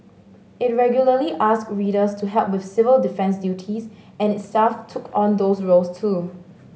it regularly asked readers to help with civil defence duties and its staff took on those roles too